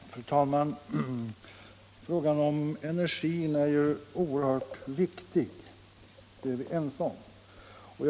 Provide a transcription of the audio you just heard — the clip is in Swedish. Indalsälven Fru talman! Frågan om energin är oerhört viktig. Det är vi ense om.